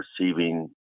receiving